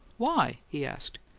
why? he asked.